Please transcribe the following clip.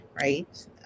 right